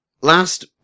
last